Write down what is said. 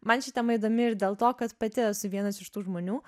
man ši tema įdomi ir dėl to kad pati esu vienas iš tų žmonių